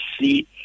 see